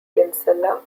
kinsella